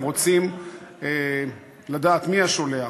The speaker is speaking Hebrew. הם רוצים לדעת מי השולח.